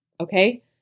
okay